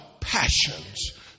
Passions